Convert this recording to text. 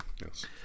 Yes